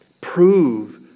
Prove